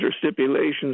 stipulations